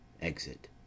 exit